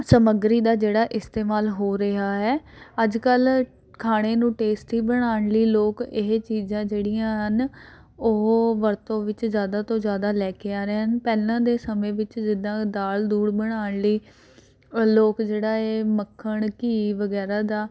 ਸਮੱਗਰੀ ਦਾ ਜਿਹੜਾ ਇਸਤੇਮਾਲ ਹੋ ਰਿਹਾ ਹੈ ਅੱਜ ਕੱਲ੍ਹ ਖਾਣੇ ਨੂੰ ਟੇਸਟੀ ਬਣਾਉਣ ਲਈ ਲੋਕ ਇਹ ਚੀਜ਼ਾਂ ਜਿਹੜੀਆਂ ਹਨ ਉਹ ਵਰਤੋਂ ਵਿੱਚ ਜ਼ਿਆਦਾ ਤੋਂ ਜ਼ਿਆਦਾ ਲੈ ਕੇ ਆ ਰਹੇ ਹਨ ਪਹਿਲਾਂ ਦੇ ਸਮੇਂ ਵਿੱਚ ਜਿੱਦਾਂ ਦਾਲ ਦੂਲ ਬਣਾਉਣ ਲਈ ਲੋਕ ਜਿਹੜਾ ਹੈ ਮੱਖਣ ਘੀ ਵਗੈਰਾ ਦਾ